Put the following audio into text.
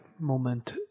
moment